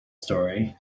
story